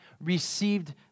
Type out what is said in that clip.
received